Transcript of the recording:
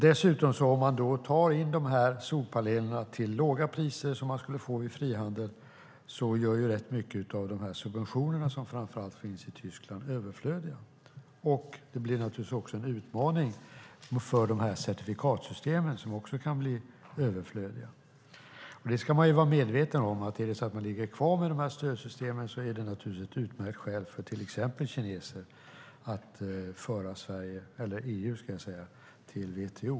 De här solpanelerna till låga priser som man skulle få vid frihandel gör rätt mycket av de här subventionerna som framför allt finns i Tyskland överflödiga, och det blir naturligtvis också en utmaning för certifikatsystemen som också kan bli överflödiga. Man ska vara medveten om att ligger man kvar med de här stödsystemen är det naturligtvis ett utmärkt skäl för till exempel kineser att klaga på EU hos WTO.